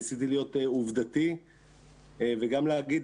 ניסיתי להיות עובדתי וגם להגיד,